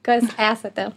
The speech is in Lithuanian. kas esate